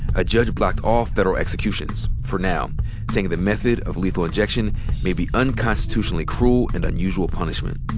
a judge blocked all federal executions for now saying the method of lethal injection may be unconstitutionally cruel and unusual punishment.